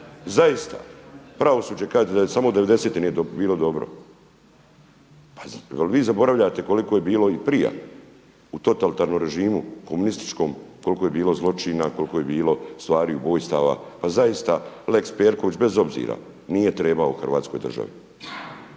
zaista pravosuđe kaže da samo 90.te nije bio dobro. Pa jer vi zaboravljate koliko je bilo i prije u totalitarnom režimu komunističkom koliko je bilo zločina, koliko je bilo stvari, ubojstava, pa zaista Lex Perković bez obzira nije trebao hrvatskoj državi.